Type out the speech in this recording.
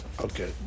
Okay